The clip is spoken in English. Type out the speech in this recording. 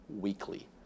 weekly